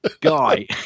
Guy